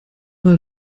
mal